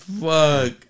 Fuck